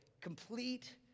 Complete